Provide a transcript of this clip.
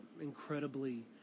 incredibly